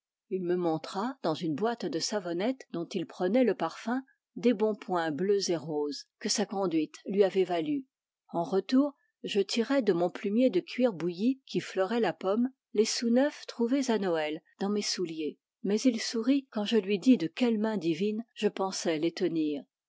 il me montra dans une boîte de savonnettes dont ils prenaient le parfum des bons points bleus et roses que sa conduite lui avait valus en retour je tirai de mon plumier de cuir bouilli qui fleurait la pomme les sous neufs trouvés à noël dans mes souliers mais il sourit quand je lui dis de quelle main divine je pensais les tenir